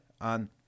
on